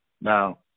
now